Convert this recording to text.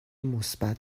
مثبت